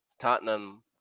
Tottenham